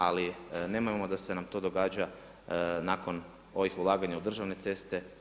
Ali nemojmo da nam se to događa nakon ovih ulaganja u državne ceste.